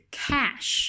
cash